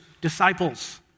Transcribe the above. disciples